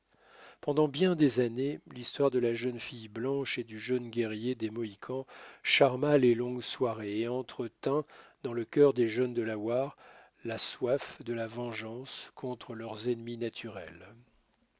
pendant bien des années l'histoire de la jeune fille blanche et du jeune guerrier des mohicans charma les longues soirées et entretint dans le cœur des jeunes delawares la soif de la vengeance contre leurs ennemis naturels